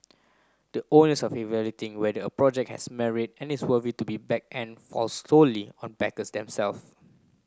the onus of evaluating whether a project has merit and is worthy to be backed and falls solely on backers themself